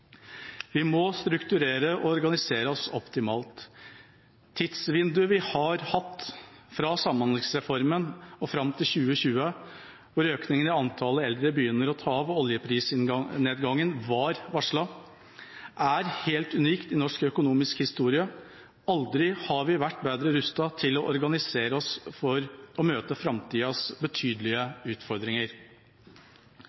Vi må strukturere og organisere oss optimalt. Tidsvinduet vi har hatt fra samhandlingsreformen og fram til 2020, hvor økningen i antallet eldre begynner å ta av og oljeprisnedgangen har vært varslet, er helt unikt i norsk økonomisk historie. Aldri har vi vært bedre rustet til å organisere oss for å møte framtidas betydelige